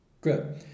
Good